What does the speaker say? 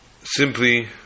simply